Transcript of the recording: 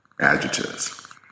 adjectives